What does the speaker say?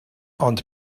ond